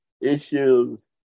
issues